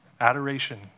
adoration